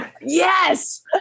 Yes